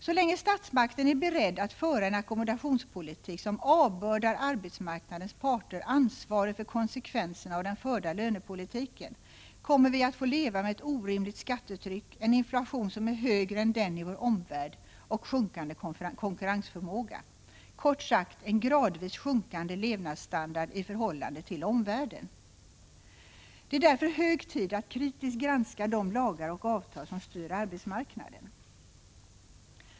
Så länge statsmakten är beredd att föra en ackommodationspolitik som avbördar arbetsmarknadens parter ansvaret för konsekvenserna av den förda lönepolitiken, kommer vi att få leva med ett orimligt skattetryck, en inflation som är högre än den i vår omvärld och sjunkande konkurrensförmåga, kort sagt en gradvis sjunkande levnadsstandard i förhållande till omvärlden. Det är därför hög tid att kritiskt granska de lagar och avtal som styr arbetsmarknaden.